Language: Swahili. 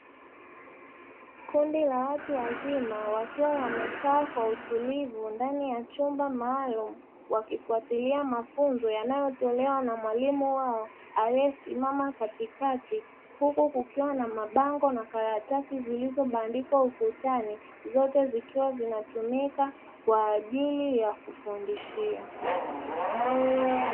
Kundi la watu wazima wakiwa wamekaaa kwa utulivu ndani ya chumba maalumu wakifuatilia mafunzo yanatolewa na mwalimu wao aliyesimama katikati huku kukiwa na mabango na karatasi zilizobandikwa ukutani zote zikiwa zinatumika kwa ajili ya kufundishia.